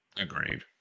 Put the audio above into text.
Agreed